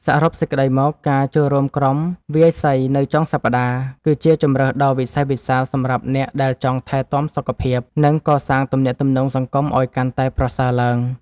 សរុបសេចក្ដីមក ការចូលរួមក្រុមវាយសីនៅចុងសប្តាហ៍ គឺជាជម្រើសដ៏វិសេសវិសាលសម្រាប់អ្នកដែលចង់ថែទាំសុខភាព និងកសាងទំនាក់ទំនងសង្គមឱ្យកាន់តែប្រសើរឡើង។